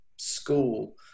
school